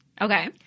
Okay